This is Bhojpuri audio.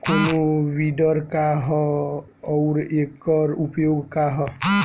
कोनो विडर का ह अउर एकर उपयोग का ह?